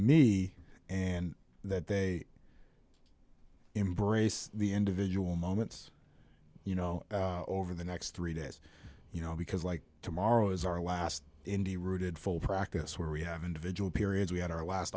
me and that they are embrace the individual moments you know over the next three days you know because like tomorrow is our last indy routed full practice where we have individual periods we had our last